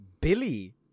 Billy